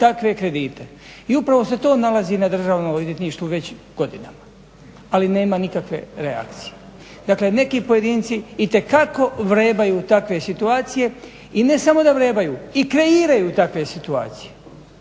takve kredite. I upravo se to nalazi na državnom odvjetništvu već godinama ali nema nikakve reakcije. Dakle, neki pojedinci itekako vrebaju takve situacije i ne samo da vrebaju i kreiraju takve situacije.